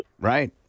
Right